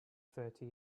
thirty